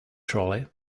trolley